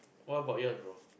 what about yours bro